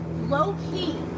low-key